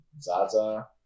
Zaza